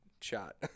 shot